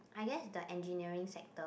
I guess the engineering sector